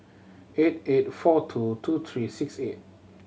eight eight four two two three six eight